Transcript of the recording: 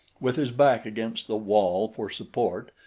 with his back against the wall for support,